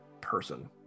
person